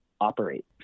operate